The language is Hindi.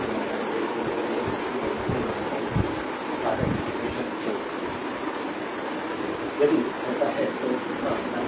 तो जब आई 8 एम्पीयर का अर्थ है वास्तव में करंट ने वास्तव में घड़ी की दिशा को लिया है वास्तव में एक दूसरे तरीके से प्रवाहित होता है